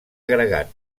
agregat